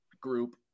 group